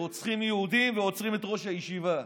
רוצחים יהודים ועוצרים את ראש הישיבה.